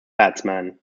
batsman